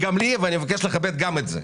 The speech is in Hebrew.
אבל מבקש לכבד גם את שלי.